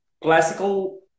classical